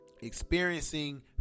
experiencing